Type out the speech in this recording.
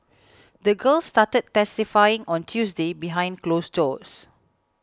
the girl started testifying on Tuesday behind closed doors